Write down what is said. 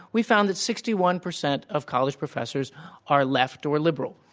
we found that sixty one percent of college professors are left or liberal.